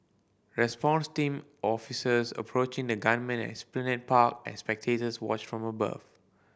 response team officers approaching the gunman at Esplanade Park as spectators watch from above